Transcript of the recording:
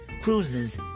cruises